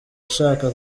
ashaka